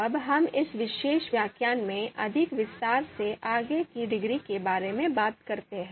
अब हम इस विशेष व्याख्यान में अधिक विस्तार से आगे की डिग्री के बारे में बात करते हैं